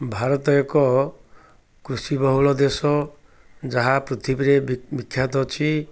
ଭାରତ ଏକ କୃଷି ବହୁଳ ଦେଶ ଯାହା ପୃଥିବୀରେ ବିଖ୍ୟାତ ଅଛି